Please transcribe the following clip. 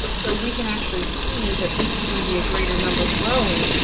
so we can actually see that this is going to be a greater number growing,